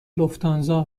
لوفتانزا